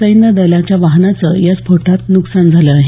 सैन्य दलाच्या वाहनाचं या स्फोटात नुकसान झालं आहे